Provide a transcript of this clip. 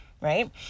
Right